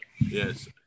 Yes